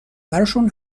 براشون